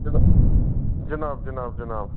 جِناب جِناب جِناب جِناب